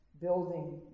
building